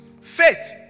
Faith